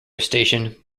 station